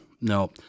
No